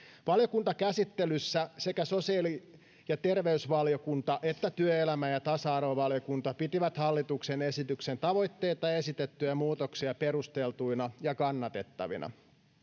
valiokuntakäsittelyssä sekä sosiaali ja terveysvaliokunta että työelämä ja tasa arvovaliokunta pitivät hallituksen esityksen tavoitteita ja esitettyjä muutoksia perusteltuina ja kannatettavina